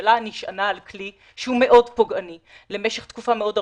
הממשלה נשענה על כלי שהוא מאוד פוגעני למשך תקופה מאוד ארוכה,